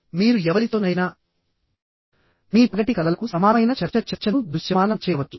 మీరు ఎవరితోనైనా మీ పగటి కలలకు సమానమైన చర్చ చర్చను దృశ్యమానం చేయవచ్చు